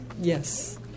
Yes